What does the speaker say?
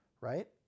Right